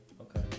Okay